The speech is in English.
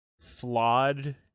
flawed